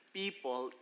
people